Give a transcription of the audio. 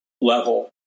level